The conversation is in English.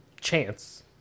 chance